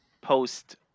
post